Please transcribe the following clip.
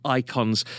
icons